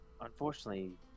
Unfortunately